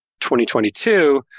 2022